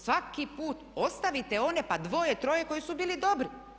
Svaki put, ostavite one, pa dvoje troje koji su bili dobri.